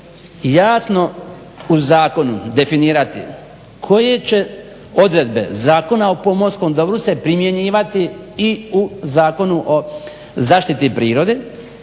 jasno u zakonu definirati koje će odredbe Zakona o pomorskom dobru se primjenjivati i u Zakonu o zaštiti prirode